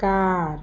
car